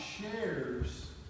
shares